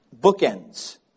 bookends